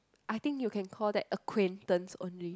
I think you can call that acquaintance only